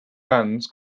bands